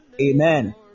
Amen